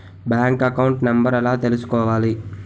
Bank account number ఎలా తీసుకోవాలి?